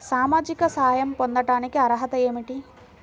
సామాజిక సహాయం పొందటానికి అర్హత ఏమిటి?